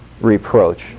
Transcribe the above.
reproach